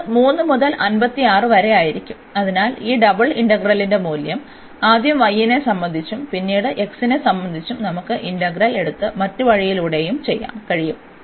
അതിനാൽ ഇത് 3 മുതൽ 56 വരെ ആയിരിക്കും അതിനാൽ ഈ ഡബിൾ ഇന്റഗ്രലിന്റെ മൂല്യം ആദ്യം y നെ സംബന്ധിച്ചും പിന്നീട് നെ സംബന്ധിച്ചും നമുക്ക് ഇന്റഗ്രൽ എടുത്ത് മറ്റ് വഴികളിലൂടെയും ചെയ്യാൻ കഴിയും